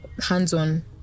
hands-on